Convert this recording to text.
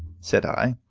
said i,